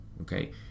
okay